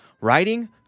writing